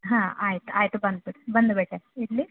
ಹಾಂ ಆಯ್ತು ಆಯಿತು ಬಂದ್ಬಿಡು ಬಂದುಬಿಟ್ಟೆ ಇಲ್ಲಿ